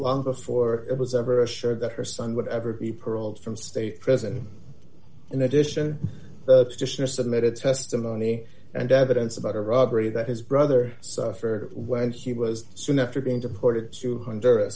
long before it was ever assured that her son would ever be paroled from state prison in addition the petitioner submitted testimony and evidence about a robbery that his brother suffered while he was soon after being deported two hundred